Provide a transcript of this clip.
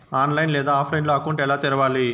online లేదా ఆఫ్లైన్లో account ఎలా తెరవాలి